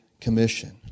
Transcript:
Commission